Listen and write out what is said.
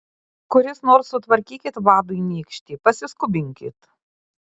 kuris nors sutvarstykit vadui nykštį pasiskubinkit